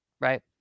right